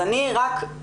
שוב,